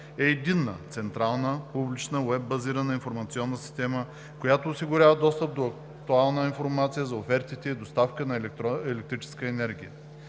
е единна, централна, публична уеб базирана информационна система, която осигурява достъп до актуална информация за офертите за доставка на електрическа енергия.